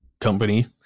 company